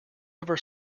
ever